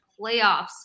playoffs